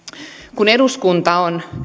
kun eduskunta on